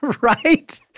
right